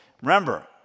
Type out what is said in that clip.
Remember